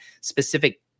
specific